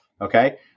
Okay